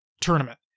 tournament